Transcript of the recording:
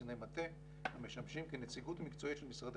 קציני מטה המשמשים כנציגות מקצועית של משרדי